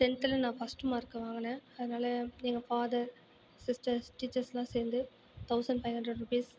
டென்த்தில் நான் first mark வாங்கினேன் அதனால எங்கள் ஃபாதர் சிஸ்டர்ஸ் டீச்சர்ஸ்லாம் சேர்ந்து தௌசண்ட் ஃபைவ் ஹண்ட்ரட் ருப்பிஸ்